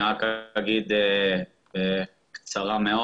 אני אדבר בקצרה.